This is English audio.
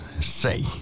say